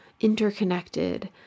interconnected